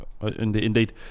indeed